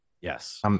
Yes